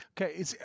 Okay